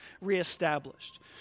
reestablished